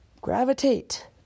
gravitate